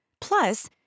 Plus